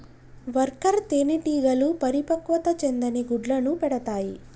worker తేనెటీగలు పరిపక్వత చెందని గుడ్లను పెడతాయి